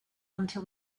until